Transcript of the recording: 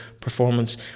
performance